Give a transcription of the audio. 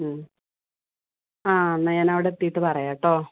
ഉം ആ എന്നാൽ ഞാൻ അവിടെ എത്തിയിട്ട് പറയാം കേട്ടോ